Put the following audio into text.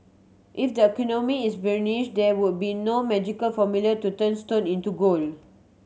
if the economy is bearish then there would be no magical formula to turn stone into gold